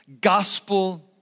gospel